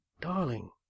Darling